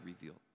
revealed